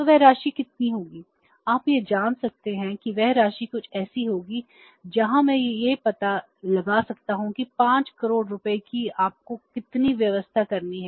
तो वह राशि कितनी होगी आप यह जान सकते हैं कि वह राशि कुछ ऐसी होगी जहां मैं यह पता लगा सकता हूं कि 5 करोड़ रुपए की आपको कितनी व्यवस्था करनी है